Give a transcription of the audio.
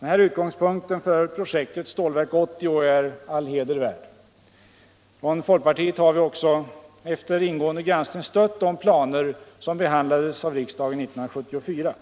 Denna utgångspunkt för projektet Stålverk 80 är all heder värd. Från folkpartiet har vi också efter ingående granskning stött de planer som behandlades av riksdagen 1974.